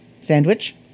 sandwich